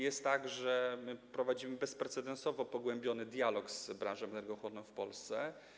Jest tak, że prowadzimy bezprecedensowo pogłębiony dialog z branżą energochłonną w Polsce.